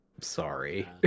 Sorry